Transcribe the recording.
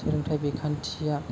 सोलोंथाय बिखान्थिया